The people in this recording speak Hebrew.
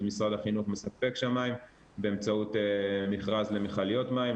אז משרד החינוך מספק שם מים באמצעות מכרז למכליות מים.